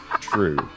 True